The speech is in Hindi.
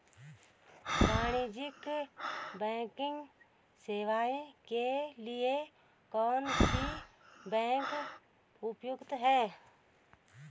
वाणिज्यिक बैंकिंग सेवाएं के लिए कौन सी बैंक उपयुक्त है?